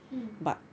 mm